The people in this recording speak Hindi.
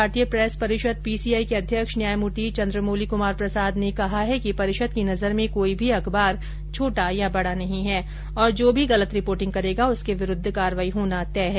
भारतीय प्रेस परिषद पीसीआई के अध्यक्ष न्यायमूर्ति चंद्रमौलि क्मार प्रसाद ने है कि परिषद की नजर में कोई भी अखबार छोटा या बड़ा नहीं है तथा जो भी गलत रिपोर्टिंग करेगा उसके विरुद्ध कार्रवाई होना तय है